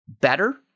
better